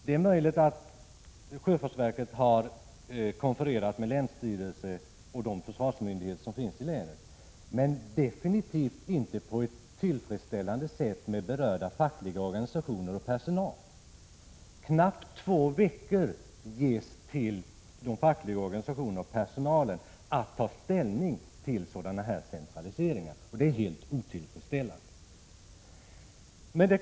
Det är möjligt att sjöfartsverket har konfererat med länsstyrelsen och med de försvarsmyndigheter som finns i länet, men man har absolut inte konfererat på ett tillfredsställande sätt med berörda fackliga organisationer och med personalen. Knappt två veckor ges för de fackliga organisationerna och för personalen att ta ställning till sådana här centraliseringar, och det är helt otillfredsställande.